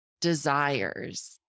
desires